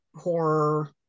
horror